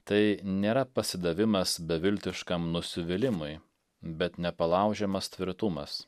tai nėra pasidavimas beviltiškam nusivylimui bet nepalaužiamas tvirtumas